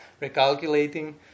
recalculating